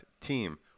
team